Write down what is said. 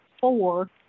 four